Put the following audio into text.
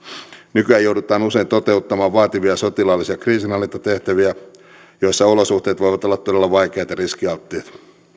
nykyään joudutaan usein toteuttamaan vaativia sotilaallisia kriisinhallintatehtäviä joissa olosuhteet voivat olla todella vaikeat ja riskialttiit